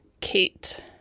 Kate